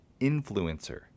Influencer